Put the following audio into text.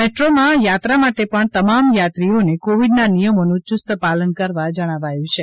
metro માં યાત્રા માટે પણ તમામ યાત્રીઓને કોવિડના નિયમોનું યુસ્ત પાલન કરવા જણાવાયું છે